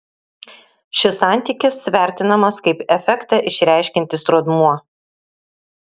šis santykis vertinamas kaip efektą išreiškiantis rodmuo